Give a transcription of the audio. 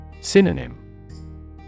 Synonym